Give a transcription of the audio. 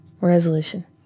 resolution